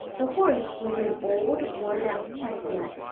the horse was an old worn-out chestnut,